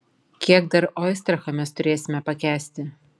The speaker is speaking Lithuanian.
kiek dar oistrachą mes turėsime pakęsti